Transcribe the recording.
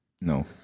No